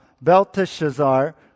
Belteshazzar